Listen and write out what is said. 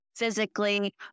physically